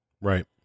right